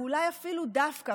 ואולי אפילו דווקא,